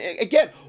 again